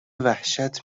وحشت